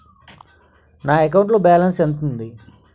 నా అకౌంట్ లో బాలన్స్ ఎంత ఉంది?